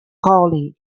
calling